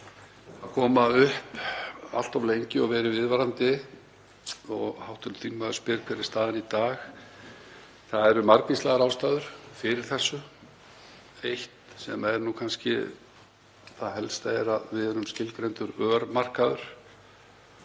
að koma upp allt of lengi og verið viðvarandi. Hv. þingmaður spyr: Hver er staðan í dag? Það eru margvíslegar ástæður fyrir þessu. Það helsta er að við erum skilgreindur örmarkaður.